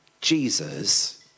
Jesus